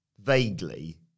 Vaguely